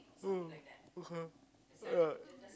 oh okay yeah